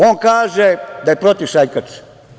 On kaže da je protiv šajkače.